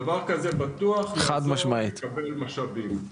דבר כזה בטוח יעזור לקבל משאבים.